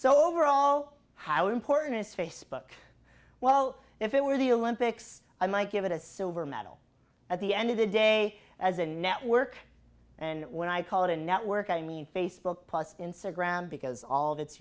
so overall how important is facebook well if it were the olympics i might give it a silver medal at the end of the day as a network and when i call it a network i mean facebook plus instagram because all of its